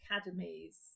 academies